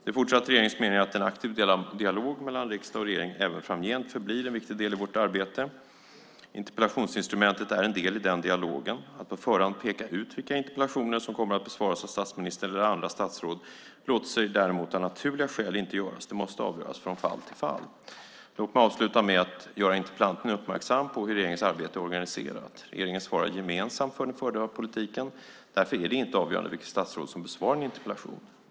Det är fortsatt regeringens mening att en aktiv dialog mellan riksdag och regering även framgent förblir en viktig del i vårt arbete. Interpellationsinstrumentet är en del i den dialogen. Att på förhand peka ut vilka interpellationer som kommer att besvaras av statsministern eller andra statsråd låter sig däremot av naturliga skäl inte göras. Det måste avgöras från fall till fall. Låt mig avsluta med att göra interpellanten uppmärksam på hur regeringens arbete är organiserat. Regeringen svarar gemensamt för den förda politiken. Därför är det inte avgörande vilket statsråd som besvarar en interpellation.